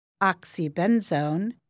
oxybenzone